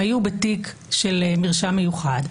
הם היו בתיק של מרשם מיוחד,